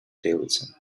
davidson